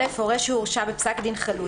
27א.(א)הורה שהורשע בפסק דין חלוט